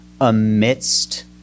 amidst